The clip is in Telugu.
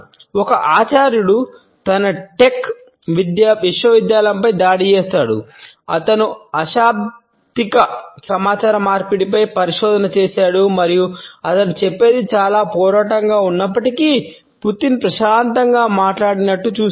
ఒక ఆచార్యుడు తన టెక్ విశ్వవిద్యాలయంపై దాడి చేస్తాడు అతను అశాబ్దిక సమాచార మార్పిడిపై పరిశోధన చేశాడు మరియు అతను చెప్పేది చాలా పోరాటంగా ఉన్నప్పటికీ పుతిన్ ప్రశాంతంగా మాట్లాడినట్లు చూశాడు